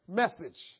message